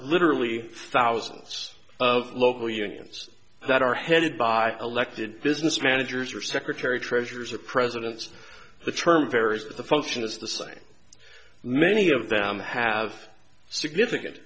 literally thousands of local unions that are headed by elected business managers or secretary treasures or presidents the term varies the function is the same many of them have significant